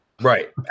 Right